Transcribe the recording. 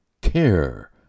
care